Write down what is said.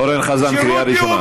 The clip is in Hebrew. אורן חזן, קריאה ראשונה.